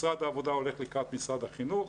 משרד העבודה הולך לקראת משרד החינוך,